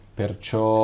perciò